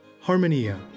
harmonia